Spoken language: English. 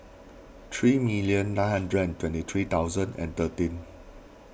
three million nine hundred and twenty three thousand and thirteen